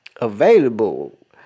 available